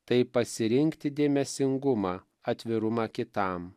taip pasirinkti dėmesingumą atvirumą kitam